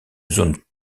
zone